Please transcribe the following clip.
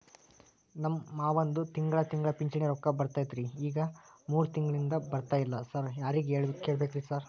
ನಮ್ ಮಾವಂದು ತಿಂಗಳಾ ತಿಂಗಳಾ ಪಿಂಚಿಣಿ ರೊಕ್ಕ ಬರ್ತಿತ್ರಿ ಈಗ ಮೂರ್ ತಿಂಗ್ಳನಿಂದ ಬರ್ತಾ ಇಲ್ಲ ಸಾರ್ ಯಾರಿಗ್ ಕೇಳ್ಬೇಕ್ರಿ ಸಾರ್?